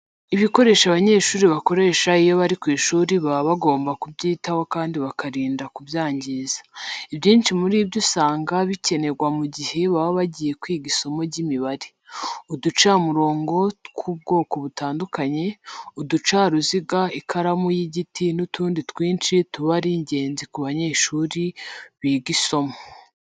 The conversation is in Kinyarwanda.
Ibikoresho abanyeshuri bakoresha iyo bari ku ishuri baba bagomba kubyitaho kandi bakirinda kubyangiza. Ibyinshi muri byo usanga bikenerwa mu gihe baba bagiye kwiga isomo ry'imibare. Uducamurongo tw'ubwoko butandukanye, uducaruziga, ikaramu y'igiti n'utundi twinshi tuba ari ingenzi ku munyeshuri wiga iri somo.